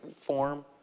form